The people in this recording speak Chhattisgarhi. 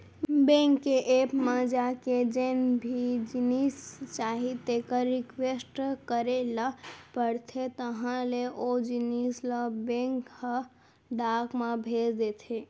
बेंक के ऐप म जाके जेन भी जिनिस चाही तेकर रिक्वेस्ट करे ल परथे तहॉं ले ओ जिनिस ल बेंक ह डाक म भेज देथे